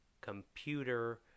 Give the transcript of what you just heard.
computer